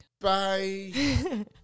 Bye